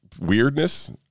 weirdness